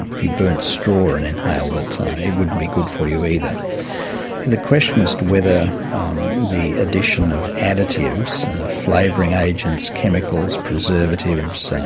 if you burnt straw and inhaled it, it wouldn't be good for you either. the question as to whether the addition of additives flavouring agents, chemicals, preservatives,